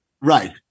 Right